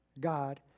God